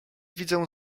widzę